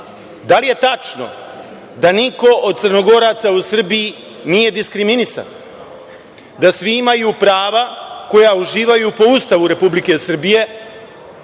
Da li je tačno da niko od Crnogoraca u Srbiji nije diskriminisan, da svi imaju prava koja uživaju po Ustavu Republike Srbije